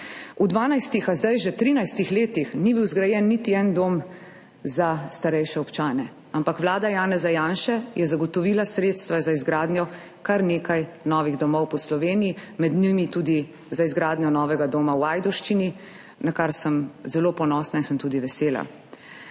V 12, zdaj že 13 letih ni bil zgrajen niti en dom za starejše občane, ampak vlada Janeza Janše je zagotovila sredstva za izgradnjo kar nekaj novih domov po Sloveniji, med njimi tudi za izgradnjo novega doma v Ajdovščini, na kar sem zelo ponosna in sem tudi vesela.